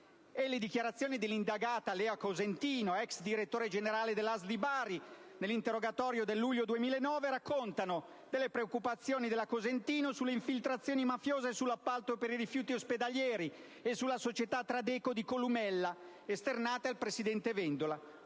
Le dichiarazioni dell'indagata Lea Cosentino, ex direttore generale dell'ASL di Bari, nell'interrogatorio del luglio 2009, raccontano le sue preoccupazioni sulle infiltrazioni mafiose, sull'appalto per i rifiuti ospedalieri e sulla società Tradeco di Columella, esternate al presidente Vendola.